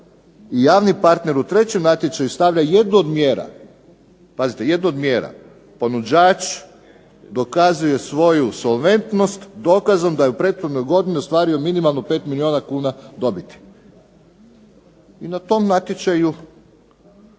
javni partneri u trećem natječaju stave jednu od mjera, pazite jednu od mjera, ponuđač dokazuje svoju solventnost dokazom da je u prethodnoj godini ostvario minimalno 5 milijuna kuna dobiti. I na tom natječaju